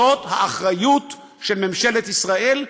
זו האחריות של ממשלת ישראל,